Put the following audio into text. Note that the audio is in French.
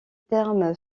terme